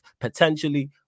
potentially